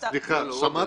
-- סליחה, סליחה.